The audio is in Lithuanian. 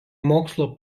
mokslo